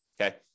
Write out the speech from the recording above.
Okay